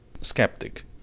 Skeptic